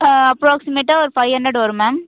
ஆ அப்ராக்ஸிமெட்டாக ஒரு five hundred வரும் மேம்